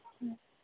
ꯎꯝ